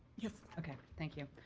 yes. okay, thank you.